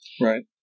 Right